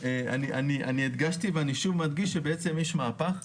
הדגשתי ואני שוב מדגיש שיש מהפך,